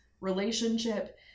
relationship